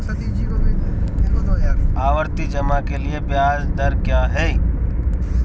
आवर्ती जमा के लिए ब्याज दर क्या है?